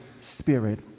Spirit